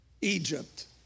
Egypt